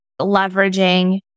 leveraging